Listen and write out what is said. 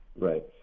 right